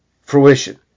fruition